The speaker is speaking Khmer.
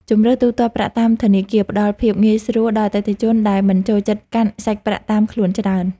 ជម្រើសទូទាត់ប្រាក់តាមធនាគារផ្ដល់ភាពងាយស្រួលដល់អតិថិជនដែលមិនចូលចិត្តកាន់សាច់ប្រាក់តាមខ្លួនច្រើន។